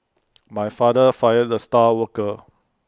my father fired the star worker